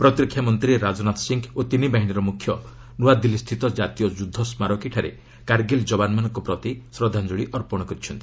ପ୍ରତୀରକ୍ଷାମନ୍ତ୍ରୀ ରାଜନାଥ ସିଂହ ଓ ତିନିବାହିନୀର ମୁଖ୍ୟ ନ୍ରଆଦିଲ୍ଲୀସ୍ଥିତ ଜାତୀୟ ଯୁଦ୍ଧ ସ୍କାରକୀଠାରେ କାର୍ଗିଲ ଜବାନମାନଙ୍କ ପ୍ରତି ଶ୍ରଦ୍ଧାଞ୍ଜଳି ଅର୍ପଣ କରିଛନ୍ତି